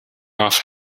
off